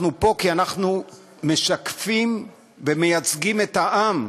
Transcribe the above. אנחנו פה כי אנחנו משקפים ומייצגים את העם.